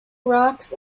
rocks